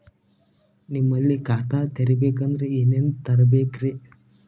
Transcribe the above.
ನಿಮ್ಮಲ್ಲಿ ಖಾತಾ ತೆಗಿಬೇಕಂದ್ರ ಏನೇನ ತರಬೇಕ್ರಿ?